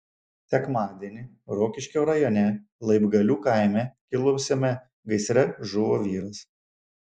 sekmadienį rokiškio rajone laibgalių kaime kilusiame gaisre žuvo vyras